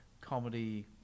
comedy